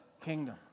kingdom